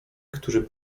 którzy